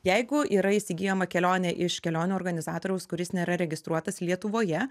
jeigu yra įsigyjama kelionė iš kelionių organizatoriaus kuris nėra registruotas lietuvoje